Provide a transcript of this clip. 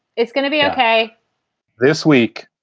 it's gonna be ok this week,